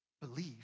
believe